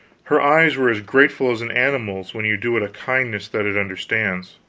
her eyes were as grateful as an animal's, when you do it a kindness that it understands.